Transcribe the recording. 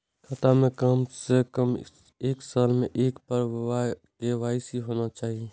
खाता में काम से कम एक साल में एक बार के.वाई.सी होना चाहि?